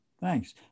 Thanks